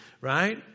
right